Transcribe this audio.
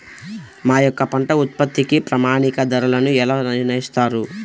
మా యొక్క పంట ఉత్పత్తికి ప్రామాణిక ధరలను ఎలా నిర్ణయిస్తారు?